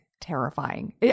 terrifying